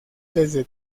desde